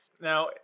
Now